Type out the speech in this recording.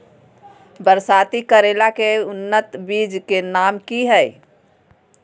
बरसाती करेला के उन्नत बिज के नाम की हैय?